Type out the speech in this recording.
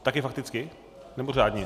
Taky fakticky, nebo řádně?